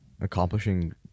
accomplishing